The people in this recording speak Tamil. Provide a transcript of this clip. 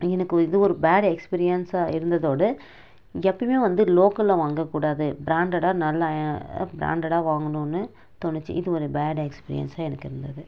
எனக்கு இது ஒரு பேட் எக்ஸ்பீரியன்ஸ்ஸாக இருந்ததோடு எப்பயுமே வந்து லோக்கலில் வாங்கக்கூடாது பிராண்டடாக நல்ல பிராண்டடாக வாங்கணுன்னு தோணுச்சு இது ஒரு பேட் எக்ஸ்பீரியன்ஸ்ஸாக எனக்கு இருந்தது